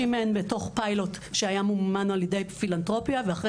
50 מהן בתוך פיילוט שהיה ממומן על ידי פילנתרופיה ואחר